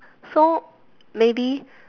so maybe